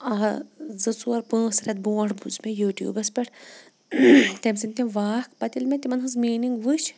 زٕ ژور پانٛژھ رٮ۪تھ بروںٛٹھ بوٗز مےٚ یوٗٹیوٗبَس پٮ۪ٹھ تٔمۍ سٕنٛدۍ تِم واکھ پَتہٕ ییٚلہِ مےٚ تِمَن ہٕنٛز میٖنِنٛگ وٕچھ